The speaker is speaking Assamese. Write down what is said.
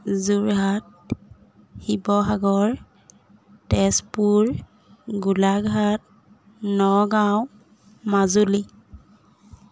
যোৰহাট শিৱসাগৰ তেজপুৰ গোলাঘাট নগাঁও মাজুলী